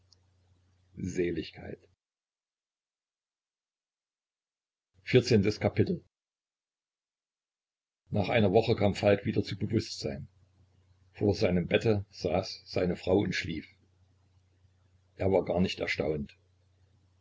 nach einer woche kam falk wieder zu bewußtsein vor seinem bette saß seine frau und schlief er war gar nicht erstaunt